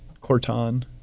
Corton